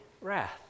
wrath